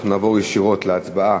אנחנו נעבור ישירות להצבעה